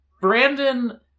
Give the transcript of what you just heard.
Brandon